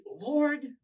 Lord